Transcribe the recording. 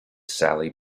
sally